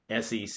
SEC